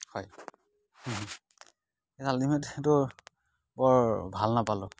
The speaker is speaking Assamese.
হয় আল্টিমেট ত' বৰ ভাল নাপালোঁ